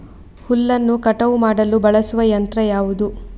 ಹುಲ್ಲನ್ನು ಕಟಾವು ಮಾಡಲು ಬಳಸುವ ಯಂತ್ರ ಯಾವುದು?